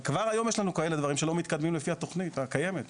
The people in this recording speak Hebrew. כבר היום יש לנו כאלה דברים שלא מתקדמים לפי התכנית הקיימת,